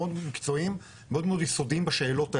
מאוד מקצועיים מאוד יסודיים בשאלות האלה.